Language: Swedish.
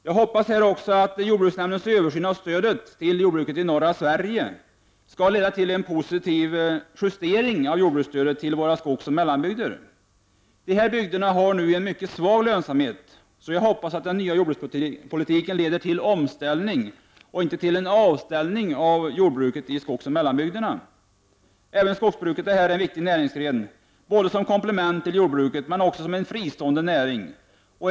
Jag hoppas också att jordbruksnämndens översyn av stödet till jordbruket i norra Sverige skall leda till en justering i positiv riktning av jordbruksstödet till våra skogsoch mellanbygder. Dessa bygder har nu mycket svag lönsamhet, så jag hoppas att den nya jordbrukspolitiken leder till omställning och inte till avställning av jordbruket i skogsoch mellanbygderna. Även skogsbruket är en viktig näringsgren, både som komplement till jordbruket och som en fristående näring.